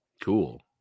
Cool